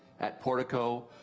at portico,